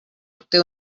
obté